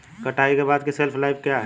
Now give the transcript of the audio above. कटाई के बाद की शेल्फ लाइफ क्या है?